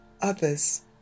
others